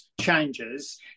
changes